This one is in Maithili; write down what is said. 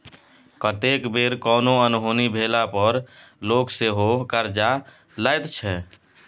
कतेक बेर कोनो अनहोनी भेला पर लोक सेहो करजा लैत छै